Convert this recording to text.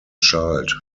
child